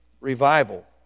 revival